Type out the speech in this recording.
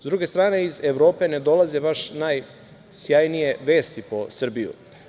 S druge strane, iz Evrope ne dolaze baš najsjajnije vesti po Srbiju.